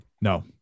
no